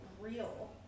real